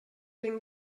den